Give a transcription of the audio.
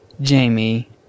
Jamie